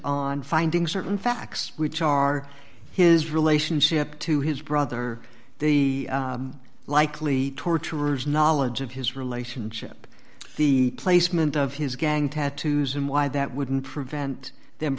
on finding certain facts which are his relationship to his brother the likely torturers knowledge of his relationship the placement of his gang tattoos and why that wouldn't prevent them